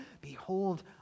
Behold